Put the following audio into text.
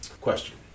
Question